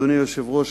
אדוני היושב-ראש,